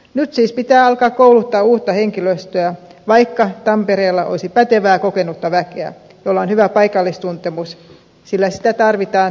nyt siis pitää alkaa kouluttaa uutta henkilöstöä vaikka tampereella olisi pätevää kokenutta väkeä jolla on hyvä paikallistuntemus sillä sitä tarvitaan tietojärjestelmistä huolimatta